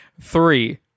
Three